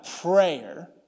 prayer